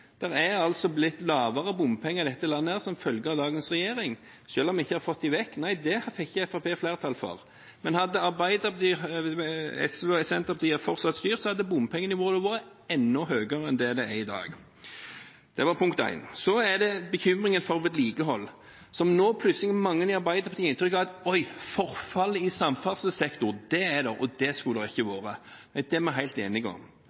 er blitt mindre bompenger i dette landet som følge av dagens regjering, selv om vi ikke har fått dem vekk – nei, det fikk ikke Fremskrittspartiet flertall for. Men hadde Arbeiderpartiet, SV og Senterpartiet fortsatt styrt, hadde bompengenivået vært enda høyere enn det det er i dag. Så er det bekymringen for vedlikehold. Nå gir plutselig mange i Arbeiderpartiet inntrykk av at forfall i samferdselssektoren, det er det, og det skulle det ikke vært. Dette er vi helt enige om.